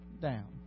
down